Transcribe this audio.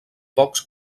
pocs